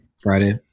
Friday